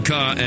Car